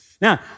Now